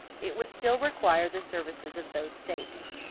it would still require the services of those states.